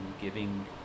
giving